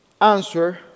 answer